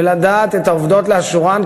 ולדעת את העובדות לאשורן,